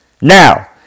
Now